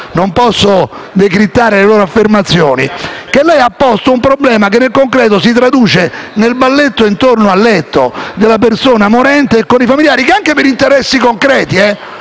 non posso decrittare le loro affermazioni). Lei, senatore Romano, ha posto un problema che nel concreto si traduce nel balletto intorno al letto della persona morente con i familiari, che possono anche avere interessi concreti